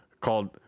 called